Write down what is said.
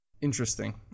interesting